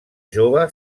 jove